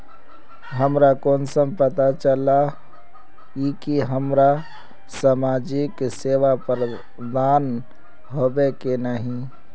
हमरा कुंसम पता चला इ की हमरा समाजिक सेवा प्रदान होबे की नहीं?